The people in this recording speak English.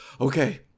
okay